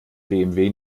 bmw